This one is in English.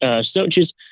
searches